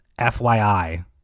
FYI